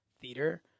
theater